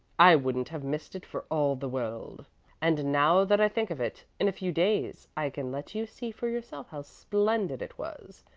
i wouldn't have missed it for all the world and now that i think of it, in a few days i can let you see for yourself how splendid it was.